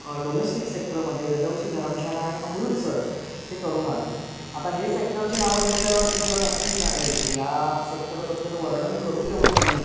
domestic सेक्टरमधे डलहौसी धरमशाला आणि अमृतसर हे करून आले आता हे सेक्टरची नावं घेतल्यावरती तुला नक्कीच जाणवेल की या सेक्टरबद्दल वर्णन करू तेवढं कमी आहे